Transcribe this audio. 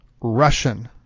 Russian